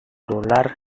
dolar